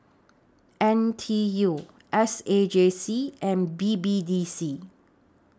N T U S A J C and B B D C